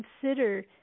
consider